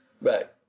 Right